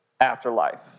afterlife